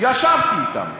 ישבתי אתם.